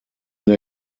der